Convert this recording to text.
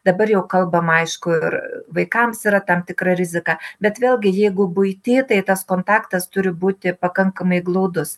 dabar jau kalbam aišku ir vaikams yra tam tikra rizika bet vėlgi jeigu buity tas kontaktas turi būti pakankamai glaudus